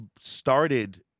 started